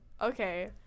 okay